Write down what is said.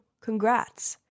Congrats